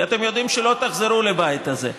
כי אתם יודעים שלא תחזרו לבית הזה.